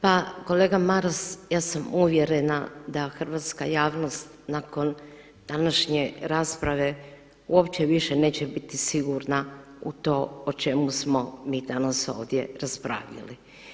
Pa kolega Maras ja sam uvjerena da hrvatska javnost nakon današnje rasprave uopće više neće biti sigurna u to o čemu smo mi danas ovdje raspravljali.